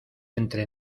entre